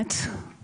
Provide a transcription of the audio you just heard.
ושומעת